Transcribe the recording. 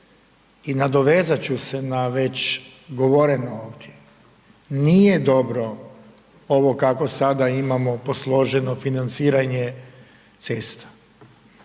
I nadovezat ću se na već govoreno, nije dobro ovo kako sada imamo posloženo financiranje ceste,